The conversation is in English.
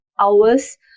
hours